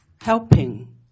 helping